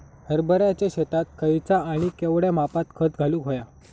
हरभराच्या शेतात खयचा आणि केवढया मापात खत घालुक व्हया?